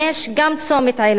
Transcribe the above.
גם צומת עילבון.